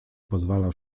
pozwalał